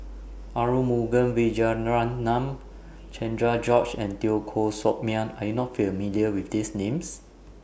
Arumugam Vijiaratnam Cherian George and Teo Koh Sock Miang Are YOU not familiar with These Names